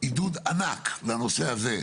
עידוד ענק לנושא הזה,